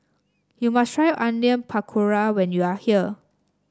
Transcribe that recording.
you must try Onion Pakora when you are here